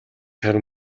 харин